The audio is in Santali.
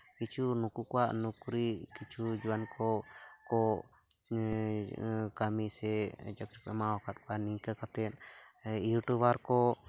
ᱠᱤᱪᱷᱩ ᱱᱩᱠᱩ ᱠᱚᱣᱟᱜ ᱱᱩᱠᱨᱤ ᱠᱤᱪᱷᱩ ᱡᱩᱣᱟᱹᱱ ᱠᱚ ᱠᱚ ᱠᱟᱹᱢᱤ ᱥᱮ ᱪᱟᱹᱠᱨᱤ ᱠᱚ ᱮᱢᱟᱱᱣ ᱠᱟᱫ ᱠᱚᱣᱟ ᱱᱤᱝᱠᱟᱹ ᱠᱟᱛᱮᱫ ᱤᱭᱩᱴᱩᱵᱟᱨ ᱠᱚ